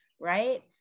right